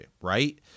Right